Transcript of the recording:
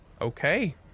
Okay